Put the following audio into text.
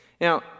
Now